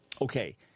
Okay